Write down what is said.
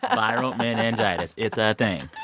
ah viral and meningitis it's a thing.